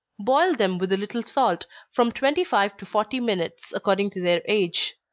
boil them with a little salt, from twenty-five to forty minutes, according to their age.